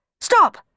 Stop